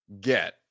get